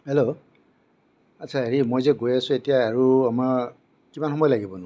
hello আচ্ছা হেৰি মই যে গৈ আছো এতিয়া আৰু আমাৰ কিমান সময় লাগিবনো